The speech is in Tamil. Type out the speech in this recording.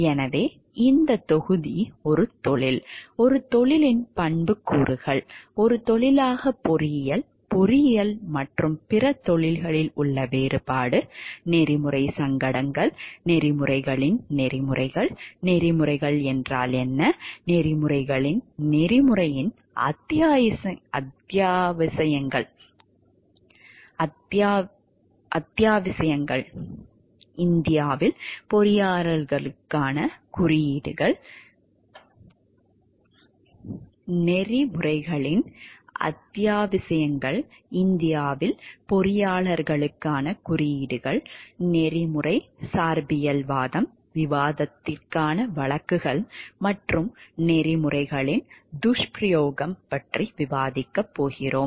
எனவே இந்த தொகுதி ஒரு தொழில் ஒரு தொழிலின் பண்புக்கூறுகள் ஒரு தொழிலாக பொறியியல் பொறியியல் மற்றும் பிற தொழில்களில் உள்ள வேறுபாடு நெறிமுறை சங்கடம் நெறிமுறைகளின் நெறிமுறைகள் நெறிமுறைகள் என்ன நெறிமுறைகளின் நெறிமுறையின் அத்தியாவசியங்கள் இந்தியாவில் பொறியாளர்களுக்கான குறியீடுகள் நெறிமுறை சார்பியல்வாதம் விவாதத்திற்கான வழக்குகள் மற்றும் நெறிமுறைகளின் துஷ்பிரயோகம் பற்றி விவாதிக்கப் போகிறோம்